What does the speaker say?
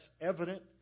evident